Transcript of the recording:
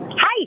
Hi